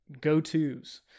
go-tos